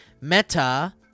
meta